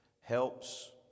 helps